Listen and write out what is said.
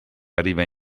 arriva